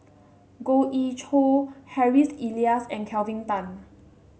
Goh Ee Choo Harry Elias and Kelvin Tan